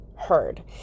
heard